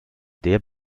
der